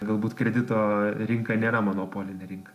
galbūt kredito rinka nėra monopolinė rinka